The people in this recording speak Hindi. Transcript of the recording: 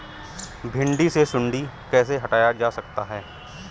भिंडी से सुंडी कैसे हटाया जा सकता है?